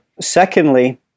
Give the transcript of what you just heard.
Secondly